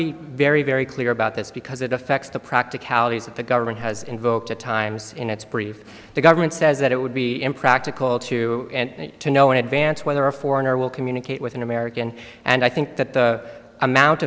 be very very clear about this because it affects the practicalities of the government has invoked at times in its brief the government says that it would be impractical to and to know in advance whether a foreigner will communicate with an american and i think that the amount